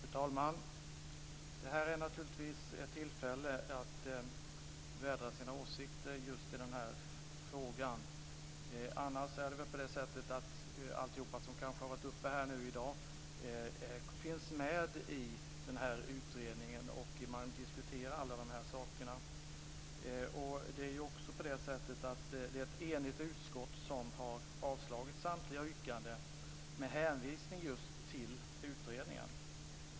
Fru talman! Det här är naturligtvis ett tillfälle att vädra sina åsikter i den här frågan. Annars är det väl på det sättet att allt det som har varit uppe här i dag finns med i den här utredningen. Man diskuterar alla de här sakerna där. Det är ett enigt utskott som vill avslå samtliga yrkanden med hänvisning just till utredningen.